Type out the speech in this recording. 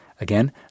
Again